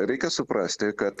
reikia suprasti kad